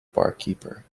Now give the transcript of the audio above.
barkeeper